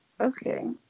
okay